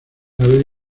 haber